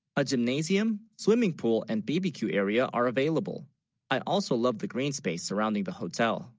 a gymnasium swimming pool, and bb q area are available i also love the green space, surrounding the hotel